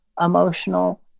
emotional